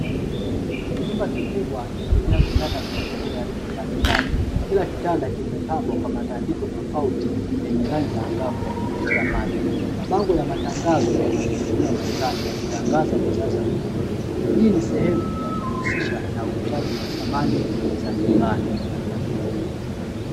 Chumba kikubwa kilichojaa vitanda na magodoro ya aina mbalimbali, kila kitanda kimepambwa kwa matandiko tofauti yenye rangi angavu yakivutia macho, mabango ya matangazo yananing'inia ukutani yakiangaza bidhaa za magodoro. Hii ni sehemu inayojihusisha na uuzaji wa samani za nyumbani.